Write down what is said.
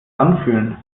anfühlen